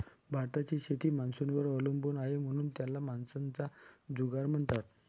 भारताची शेती मान्सूनवर अवलंबून आहे, म्हणून त्याला मान्सूनचा जुगार म्हणतात